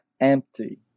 empty